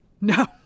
No